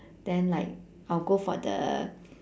then like I'll go for the